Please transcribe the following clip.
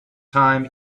time